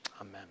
Amen